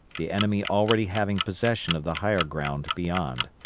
the enemy already having possession of the higher ground beyond.